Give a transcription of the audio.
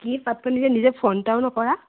কি পাত্তা নিদিয়ে নিজে ফোন এটাও নকৰা